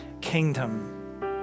kingdom